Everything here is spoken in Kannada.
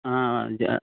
ಹಾಂ ಜ